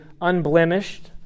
unblemished